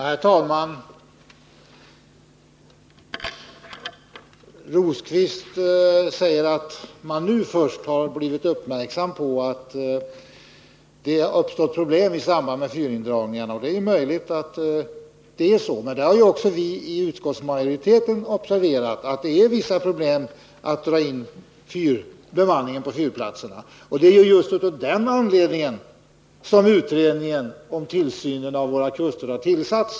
Herr talman! Herr Rosqvist säger att man först nu har blivit uppmärksam på att det uppstått problem i samband med avbemanning av fyrar. Det är möjligt att det är så — också utskottsmajoriteten har observerat detta. Det är av just den anledningen som utredningen om tillsynen av våra kuster har tillsatts.